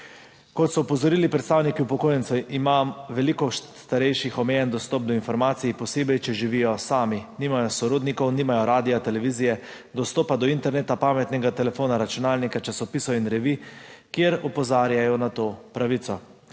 Kot so opozorili predstavniki upokojencev, ima veliko starejših omejen dostop do informacij, posebej če živijo **23. TRAK (VI) 13.00** (Nadaljevanje) sami, nimajo sorodnikov, nimajo radia, televizije, dostopa do interneta, pametnega telefona, računalnika, časopisov in revij, kjer opozarjajo na to pravico.